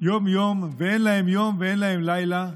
יום-יום ואין להם יום ואין להם לילה,